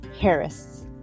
Harris